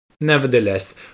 Nevertheless